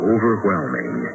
overwhelming